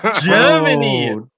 Germany